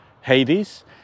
Hades